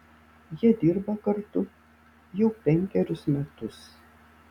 jie dirba kartu jau penkerius metus